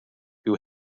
who